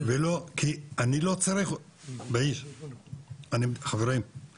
כי אני לא צריך אותם שם.